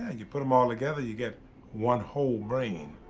and you put em all together you get one whole brain.